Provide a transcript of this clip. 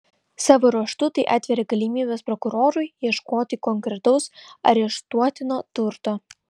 savo ruožtu tai atveria galimybes prokurorui ieškoti konkretaus areštuotino turto